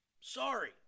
Sorry